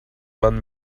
man